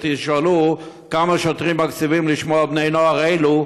תשאלו כמה שוטרים מקציבים לשמור על בני נוער אלו,